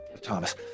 Thomas